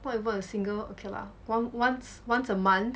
not even a single okay lah one once a month